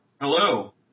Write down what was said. Hello